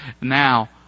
Now